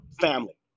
family